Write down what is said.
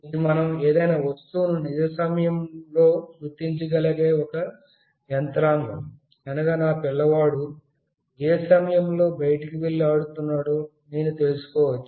ఇది మనం ఏదైనా వస్తువును నిజ సమయం లో గుర్తించగలిగే ఒక యంత్రాంగం అనగా నా పిల్లవాడు ఏ సమయంలో బయటకు వెళ్లి ఆటలాడుతున్నాడో నేను తెలుసుకోవచ్చు